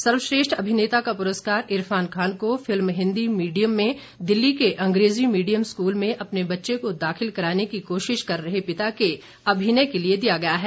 सर्वश्रेष्ठ अभिनेता का पुरस्कार इरफान खान को फिल्म हिन्दी मीडियम में दिल्ली के अंग्रेजी मीडियम स्कूल में अपने बच्चे को दाखिल कराने की कोशिश कर रहे पिता के अभिनय के लिए दिया गया है